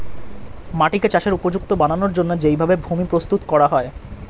মাটিকে চাষের উপযুক্ত বানানোর জন্যে যেই ভাবে ভূমি প্রস্তুত করা হয়